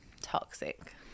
Toxic